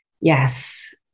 Yes